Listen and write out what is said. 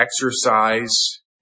exercise